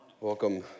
welcome